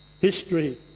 History